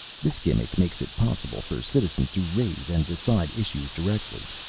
this gimmick makes it possible for citizens to raise and decide issues directly.